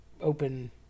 open